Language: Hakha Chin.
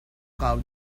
kau